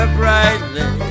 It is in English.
brightly